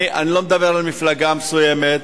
אני לא מדבר על מפלגה מסוימת,